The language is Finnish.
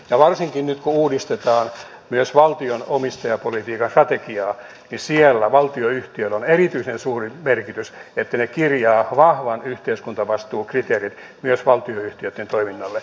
ja varsinkin nyt kun uudistetaan myös valtion omistajapolitiikan strategiaa siellä valtionyhtiöillä on erityisen suuri merkitys että kirjataan vahva yhteiskuntavastuukriteeri myös valtionyhtiöitten toiminnalle